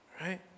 right